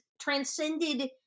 transcended